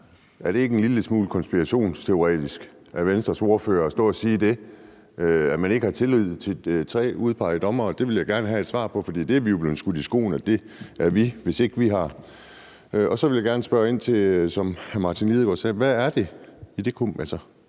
Er det ikke en lille smule konspirationsteoretisk af Venstres ordfører at stå og sige det, altså at man ikke har tillid til tre udpegede dommere? Det vil jeg gerne have et svar på, for det er vi jo blevet skudt i skoene at vi er, hvis ikke vi har tillid til dem. Så vil jeg gerne spørge ind til det, hr. Martin Lidegaard sagde: Hvad er det i det